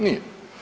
Nije.